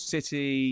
City